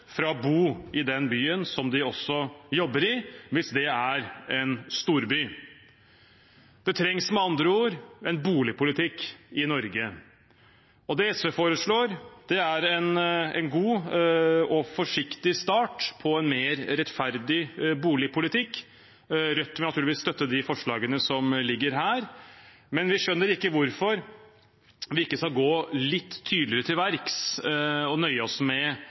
fra å bo i den byen de også jobber i, hvis det er en storby. Det trengs med andre ord en boligpolitikk i Norge, og det SV foreslår, er en god og forsiktig start på en mer rettferdig boligpolitikk. Rødt vil naturligvis støtte de forslagene som ligger her, men vi skjønner ikke hvorfor man ikke skal gå litt tydeligere til verks og nøye seg med